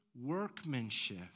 workmanship